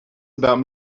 about